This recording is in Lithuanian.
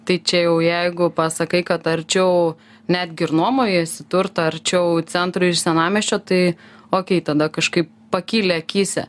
tai čia jau jeigu pasakai kad arčiau netgi ir nuomojiesi turtą arčiau centro iš senamiesčio tai okei tada kažkaip pakyli akyse